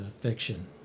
fiction